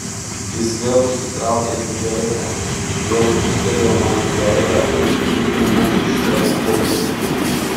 jis vėl užsitraukė cigaretę vėl pūstelėjo man į veidą aitrių dūmų iš savo plaučių